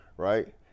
Right